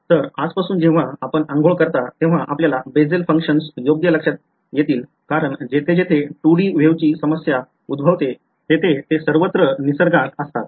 तर आजपासून जेव्हा आपण आंघोळ करता तेव्हा आपल्याला बेसल फंक्शन्स योग्य लक्षात येतील कारण जेथे जेथे 2 डी वेव्हची समस्या उद्भवते तेथे ते सर्वत्र निसर्गात असतात